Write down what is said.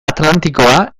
atlantikoa